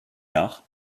l’art